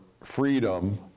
freedom